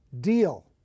deal